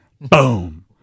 Boom